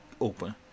open